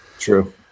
true